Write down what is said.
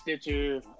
Stitcher